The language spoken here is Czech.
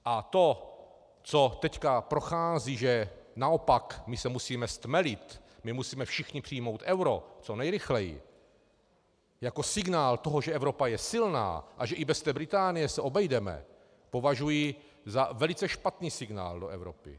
A to, co teď prochází, že naopak my se musíme stmelit, my musíme všichni přijmout euro co nejrychleji jako signál toho, že Evropa je silná a že i bez té Británie se obejdeme, považuji za velice špatný signál do Evropy.